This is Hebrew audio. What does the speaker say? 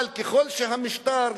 אבל ככל שהמשטר,